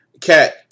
Cat